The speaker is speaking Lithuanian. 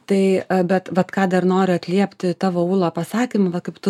tai bet vat ką dar noriu atliepti tavo ūla pasakymą va kaip tu